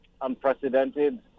unprecedented